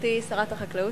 גברתי שרת החקלאות,